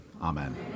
Amen